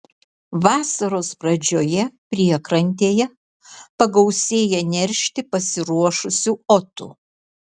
vasaros pradžioje priekrantėje pagausėja neršti pasiruošusių otų